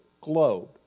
globe